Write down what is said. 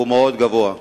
מאוד גבוהה,